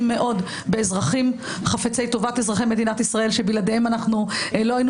מאוד באזרחים חפצי טובת אזרחי מדינת ישראל שבלעדיהם לא היינו